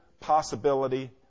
possibility